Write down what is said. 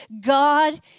God